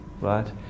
right